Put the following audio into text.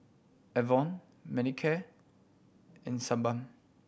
Enervon Manicare and Sebamed